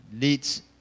leads